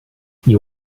you